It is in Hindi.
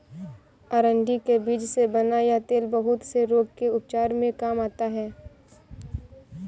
अरंडी के बीज से बना यह तेल बहुत से रोग के उपचार में काम आता है